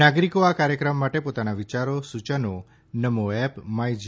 નાગરિકો આ કાર્યક્રમ માટે પોતાના વિયારો સૂચનો નમો એપ માય જી